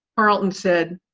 carlton said,